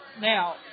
Now